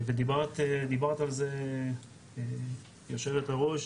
ודיברת על זה יושבת הראש,